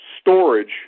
storage